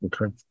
Okay